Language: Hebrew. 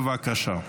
בבקשה.